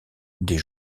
des